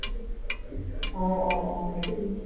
অঁ অঁ অঁ সেইটো